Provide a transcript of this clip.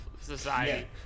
society